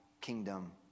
kingdom